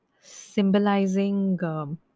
symbolizing